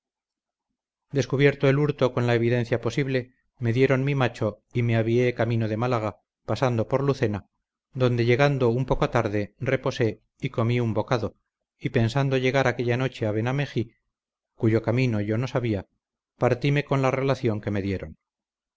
descubierto el hurto con la evidencia posible me dieron mi macho y me avié camino de málaga pasando por lucena donde llegando un poco tarde reposé y comí un bocado y pensando llegar aquella noche a benamejí cuyo camino yo no sabia partime con la relación que me dieron